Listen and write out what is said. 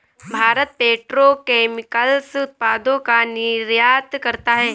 Bharat petrochemicals उत्पादों का निर्यात करता है